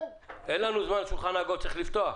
אין לנו זמן לשולחן עגול, צריך לפתוח.